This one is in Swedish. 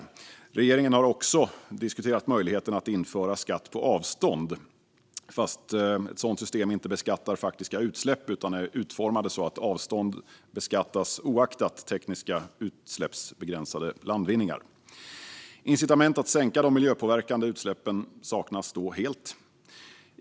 Regeringen har också diskuterat möjligheten att införa skatt på avstånd, även om ett sådant system inte beskattar faktiska utsläpp utan är utformat så att avstånd beskattas oavsett tekniska utsläppsbegränsande landvinningar. Incitament att sänka de miljöpåverkande utsläppen saknas då helt.